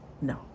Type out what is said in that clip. No